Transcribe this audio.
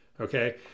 Okay